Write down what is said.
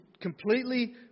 completely